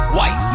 White